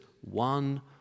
One